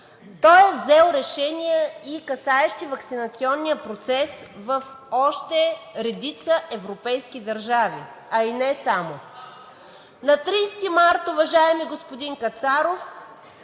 той е взел и решения, касаещи ваксинационния процес в редица европейски държави, а и не само. На 30 март, уважаеми господин Кацаров,